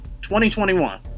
2021